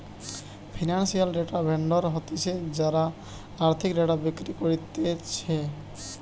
financial data vendor হতিছে যারা আর্থিক ডেটা বিক্রি করতিছে